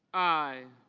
i.